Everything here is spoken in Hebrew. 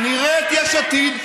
נראה את יש עתיד,